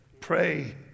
pray